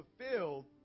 fulfilled